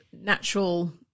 natural